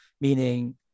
Meaning